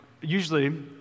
usually